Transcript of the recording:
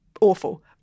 awful